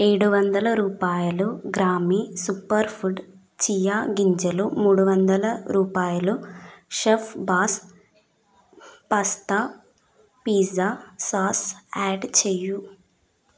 ఏడు వందల రూపాయలు గ్రామి సూపర్ ఫుడ్ చియా గింజలు మూడు వందల రూపాయలు chef boss pasta pizza sauce add చెయ్యి